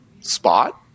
spot